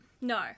no